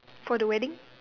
for the wedding